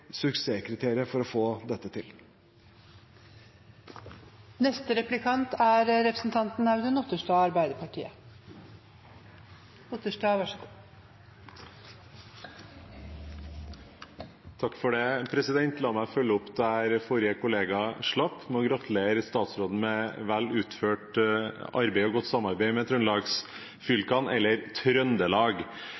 suksesskriterium for å få dette til. La meg følge opp der forrige kollega slapp, med å gratulere statsråden med vel utført arbeid og godt samarbeid med